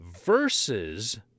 versus